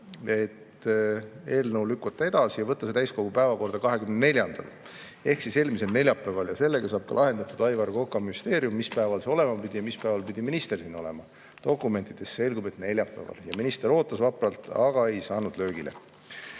eelnõu [lugemine] edasi ja võtta eelnõu täiskogu päevakorda 24‑ndal ehk eelmisel neljapäeval. Sellega saab lahendatud ka Aivar Koka müsteerium, mis päeval see olema pidi ja mis päeval pidi minister siin olema. Dokumentidest selgub, et neljapäeval, ja minister ootas vapralt, aga ei saanud löögile.